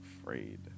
afraid